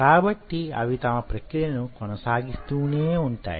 కాబట్టి అవి తమ ప్రక్రియలను కొనసాగిస్తూనే వుంటాయి